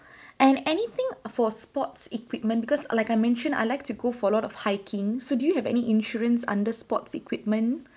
and anything for sports equipment because like I mentioned I like to go for a lot of hiking so do you have any insurance under sports equipment